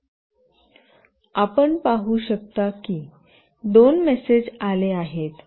आपण पाहू शकता की दोन मेसेज आले आहेत